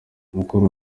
mukuru